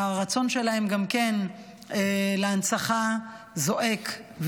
הרצון שלהם גם כן להנצחה, זועק.